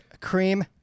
cream